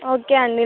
okay అండి